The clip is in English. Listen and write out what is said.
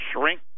shrink